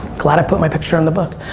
glad i put my picture on the book.